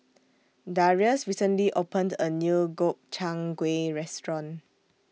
Darius recently opened A New Gobchang Gui Restaurant